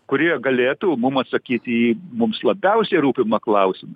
kurie galėtų mum atsakys į mums labiausiai rūpimą klausimą